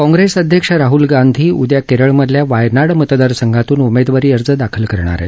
काँप्रेस अध्यक्ष राहूल गांधी उद्या केरळमधल्या वायनाड मतदारसंघातून उमेदवारी अर्ज दाखल करणार आहेत